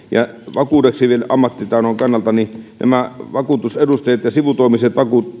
vakuudeksi ammattitaidon kannalta nämä vakuutusedustajat ja sivutoimiset